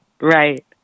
Right